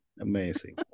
Amazing